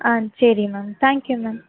ஆ சரி ma'am thank you ma'am